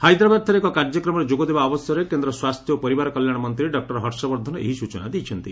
ହାଇଦ୍ରାବାଦଠାରେ ଏକ କାର୍ଯ୍ୟକ୍ରମରେ ଯୋଗଦେବା ଅବସରରେ କେନ୍ଦ୍ର ସ୍ୱାସ୍ଥ୍ୟ ଓ ପରିବାର କଲ୍ୟାଣ ମନ୍ତ୍ରୀ ଡକ୍ଟର ହର୍ଷବର୍ଦ୍ଧନ ଏହି ସୂଚନା ଦେଇଛନ୍ତି